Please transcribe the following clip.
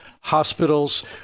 hospitals